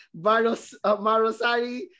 Marosari